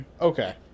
Okay